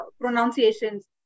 pronunciations